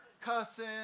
cussing